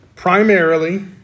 Primarily